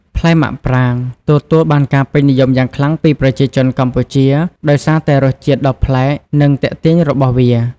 ផ្លែមាក់ប្រាងទទួលបានការពេញនិយមយ៉ាងខ្លាំងពីប្រជាជនកម្ពុជាដោយសារតែរសជាតិដ៏ប្លែក និងទាក់ទាញរបស់វា។